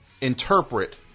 interpret